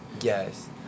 Yes